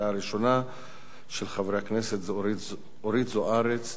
של חברי הכנסת אורית זוארץ,